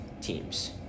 teams